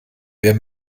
wer